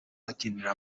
bakinira